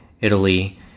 Italy